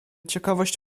ciekawość